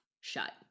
shut